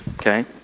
okay